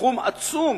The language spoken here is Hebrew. סכום עצום,